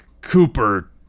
Cooper